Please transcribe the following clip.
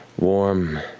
warm,